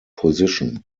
position